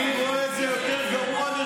אני רואה את זה כגרוע יותר